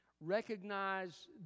Recognize